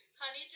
Honey